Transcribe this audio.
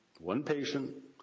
one patient.